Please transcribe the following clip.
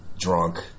drunk